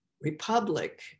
Republic